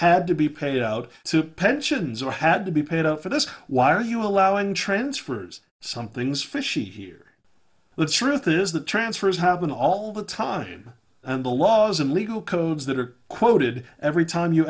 had to be paid out to pensions or had to be paid for this why are you allowing transfers something's fishy here the truth is that transfers happen all the time and the laws and legal codes that are quoted every time you